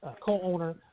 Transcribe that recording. co-owner